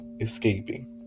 escaping